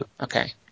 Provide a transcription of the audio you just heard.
Okay